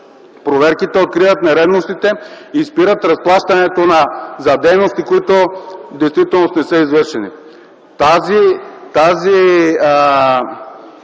проверките, откриват нередностите и спират разплащането за дейности, които в действителност не са извършени.